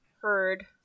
heard